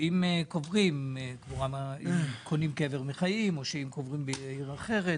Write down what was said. שאם קונים קבר בחיים או אם קוברים בעיר אחרת